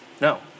No